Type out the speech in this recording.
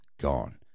gone